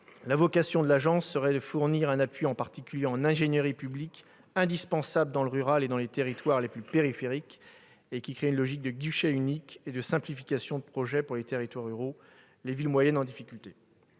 la vocation de l'agence serait de fournir un « appui en particulier en ingénierie publique indispensable dans le rural et dans les territoires les plus périphériques » et de créer « une logique de guichet unique et de simplification de projets pour les territoires ruraux, les villes moyennes en difficulté